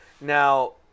Now